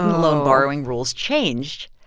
loan borrowing rules changed,